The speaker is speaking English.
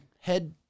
head